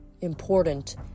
important